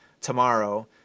tomorrow